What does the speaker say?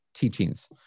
Teachings